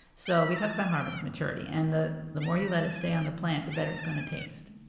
so we talk about harvest maturity, and the the more you let it stay on the plant, the better it's going to taste.